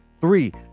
Three